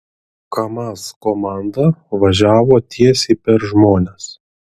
kamaz komanda važiavo tiesiai per žmones